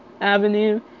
Avenue